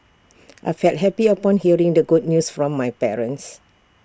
I felt happy upon hearing the good news from my parents